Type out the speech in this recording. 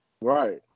Right